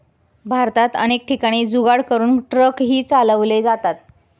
भारतात अनेक ठिकाणी जुगाड करून ट्रकही चालवले जातात